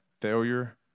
failure